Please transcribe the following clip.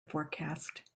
forecast